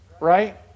right